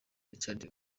richard